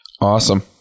Awesome